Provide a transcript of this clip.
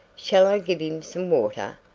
shall i give him some water?